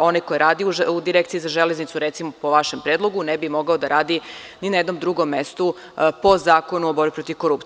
onaj ko je radio u Direkciji za železnicu, recimo, po vašem predlogu, ne bi mogao da radi ni na jednom drugom mestu po Zakonu o borbi protiv korupcije.